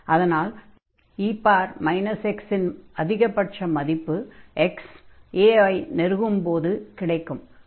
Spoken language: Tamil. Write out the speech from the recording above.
அதனால் e x இன் அதிகபட்ச மதிப்பு x a ஐ நெருங்கும் போதுதான் கிடைக்கும்